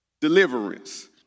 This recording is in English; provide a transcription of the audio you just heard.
deliverance